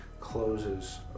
closes